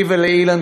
לי ולאילן,